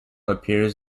appears